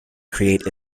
create